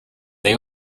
they